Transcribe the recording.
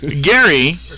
Gary